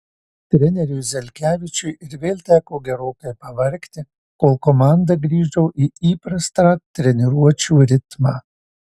treneriui zelkevičiui ir vėl teko gerokai pavargti kol komanda grįžo į įprastą treniruočių ritmą